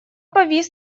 повис